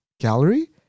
gallery